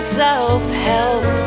self-help